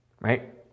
Right